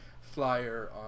flyer